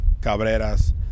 Cabreras